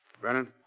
Brennan